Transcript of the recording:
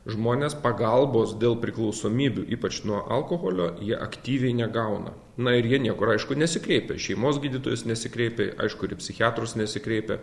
žmonės pagalbos dėl priklausomybių ypač nuo alkoholio jie aktyviai negauna na ir jie niekur aišku nesikreipia į šeimos gydytojus nesikreipia aišku ir į psichiatrus nesikreipia